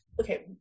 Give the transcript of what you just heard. okay